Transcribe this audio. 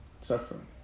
suffering